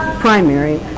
primary